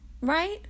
right